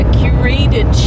curated